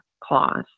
clause